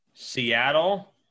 Seattle